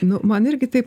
nu man irgi taip